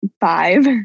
five